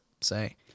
say